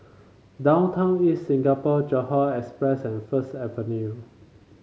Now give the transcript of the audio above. Downtown East Singapore Johore Express and First Avenue